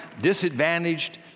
disadvantaged